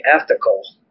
ethical